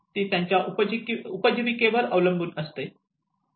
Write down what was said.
ती त्यांच्या उपजीविकेवर अवलंबून असते